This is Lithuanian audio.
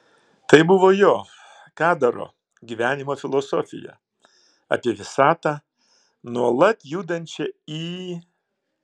tai buvo jo kadaro gyvenimo filosofija apie visatą nuolat judančią į